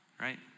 right